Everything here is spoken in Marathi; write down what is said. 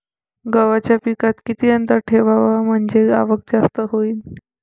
गव्हाच्या पिकात किती अंतर ठेवाव म्हनजे आवक जास्त होईन?